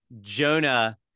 jonah